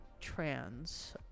trans